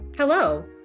Hello